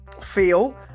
feel